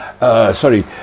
sorry